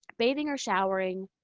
bathing or showering,